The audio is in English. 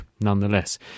nonetheless